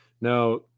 Now